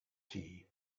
tea